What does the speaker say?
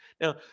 Now